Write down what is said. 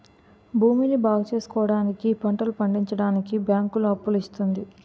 భూమిని బాగుచేసుకోవడానికి, పంటలు పండించడానికి బ్యాంకులు అప్పులు ఇస్తుంది